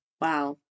Wow